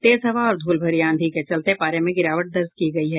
तेज हवा और ध्रल भरी आंधी के चलते पारे में गिरावट दर्ज की गयी है